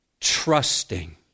trusting